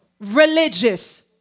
Religious